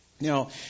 Now